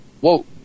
whoa